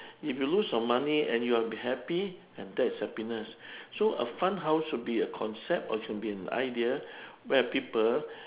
if you lose your money and you are be happy and that's happiness so a fun house should be a concept or it can be an idea where people